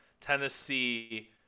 Tennessee